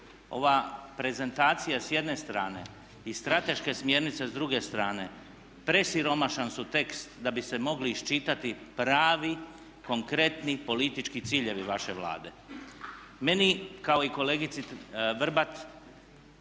ova prezentacija s jedne strane i strateške smjernice s druge strane presiromašan su tekst da bi se mogli iščitati pravi, konkretni politički ciljevi vaše Vlade. Meni kao i kolegici Vrbat